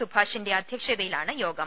സുഭാഷിന്റെ അധൃക്ഷതയിലാണ് യോഗം